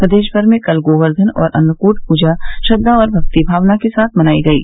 प्रदेश भर में कल गोवर्धन और अन्नकूट पूजा श्रद्वा और भक्ति भावना के साथ मनाई गयी